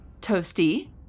Toasty